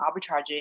arbitraging